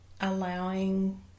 allowing